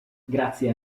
grazie